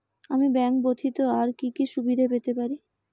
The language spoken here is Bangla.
আমি ব্যাংক ব্যথিত আর কি কি সুবিধে পেতে পারি?